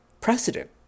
precedent